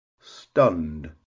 stunned